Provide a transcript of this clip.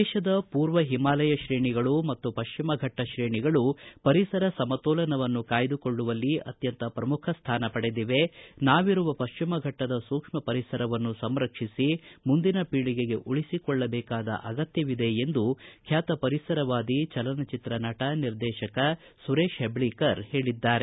ದೇಶದ ಪೂರ್ವ ಹಿಮಾಲಯ ಶ್ರೇಣಿಗಳು ಮತ್ತು ಪಶ್ಚಿಮ ಘಟ್ಟ ಶ್ರೇಣಿಗಳು ಪರಿಸರ ಸಮತೋಲನವನ್ನು ಕಾಯ್ದುಕೊಳ್ಳುವಲ್ಲಿ ಅತ್ಯಂತ ಶ್ರಮುಖ ಸ್ಥಾನ ಪಡೆದಿವೆ ನಾವಿರುವ ಪಶ್ಚಿಮ ಫಟ್ಟದ ಸೂಕ್ಷ್ಮ ಪರಿಸರವನ್ನು ಸಂರಕ್ಷಿಸಿ ಮುಂದಿನ ಪೀಳಿಗೆಗೆ ಉಳಿಸಿಕೊಳ್ಳಬೇಕಾದ ಅಗತ್ಯವಿದೆ ಎಂದು ಖ್ಯಾತ ಪರಿಸರವಾದಿ ಚಲನಚಿತ್ರ ನಟ ನಿರ್ದೇಶಕ ಸುರೇಶ್ ಹೆಬ್ದೀಕರ್ ಹೇಳಿದ್ದಾರೆ